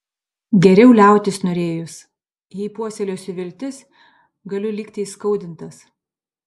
geriau liautis norėjus jei puoselėsiu viltis galiu likti įskaudintas